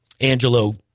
Angelo